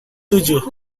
tujuh